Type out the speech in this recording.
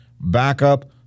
backup